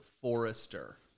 forester